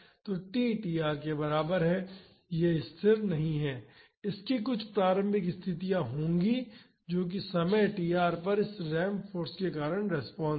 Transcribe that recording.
तो t tr के बराबर है यह स्थिर नहीं है इसकी कुछ प्रारंभिक स्थितियां होंगी जो कि समय tr पर इस रैंप फाॅर्स के कारण रिस्पांस है